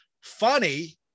funny